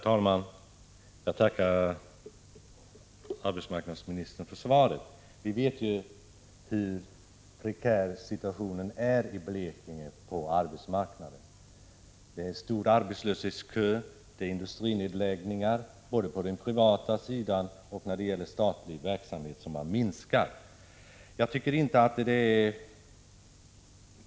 Herr talman! Jag tackar arbetsmarknadsministern för svaret. Vi vet ju hur prekär situationen på arbetsmarknaden är i Blekinge. Det finns en stor kö av arbetslösa och det görs industrinedläggningar både på den privata sidan och när det gäller statlig verksamhet, som minskar.